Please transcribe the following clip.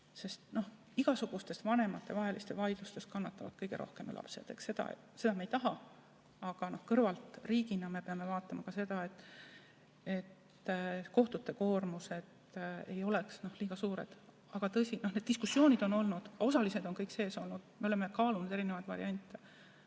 sest igasugustes vanematevahelistes vaidlustes kannatavad kõige rohkem lapsed. Seda me ei taha. Aga kõrvalt, riigina me peame vaatama ka seda, et kohtute koormus ei oleks liiga suur. Tõsi, need diskussioonid on olnud, osalised on kõik [kaasatud] olnud, me oleme kaalunud eri variante,